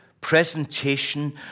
presentation